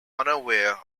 unaware